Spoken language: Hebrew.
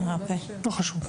לא חשוב.